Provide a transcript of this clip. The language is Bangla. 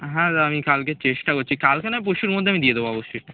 হ্যাঁ দাদা আমি কালকে চেষ্টা করছি কালকে নয় পরশুর মধ্যে আমি দিয়ে দেবো অবশ্যই